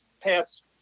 paths